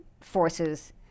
forces